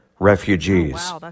refugees